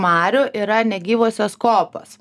marių yra negyvosios kopos